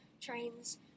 trains